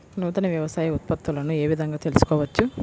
నూతన వ్యవసాయ ఉత్పత్తులను ఏ విధంగా తెలుసుకోవచ్చు?